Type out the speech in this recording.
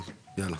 טוב יאללה.